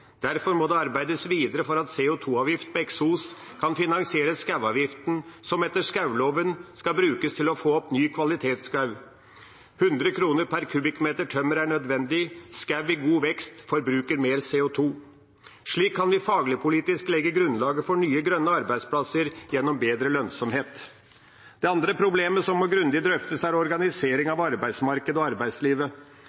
Derfor må det arbeides videre for at CO 2 -avgift på eksos kan finansiere skogavgiften, som etter skogloven skal brukes til å få opp ny kvalitetsskog. Hundre kroner per kubikkmeter tømmer er nødvendig. Skog i god vekst forbruker mer CO 2 . Slik kan vi faglig-politisk legge grunnlaget for nye, grønne arbeidsplasser gjennom bedre lønnsomhet. Det andre problemet som må drøftes grundig, er organisering